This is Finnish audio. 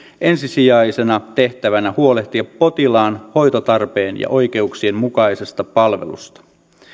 ensisijaisena tehtävänä huolehtia potilaan hoitotarpeen ja oikeuksien mukaisesta palvelusta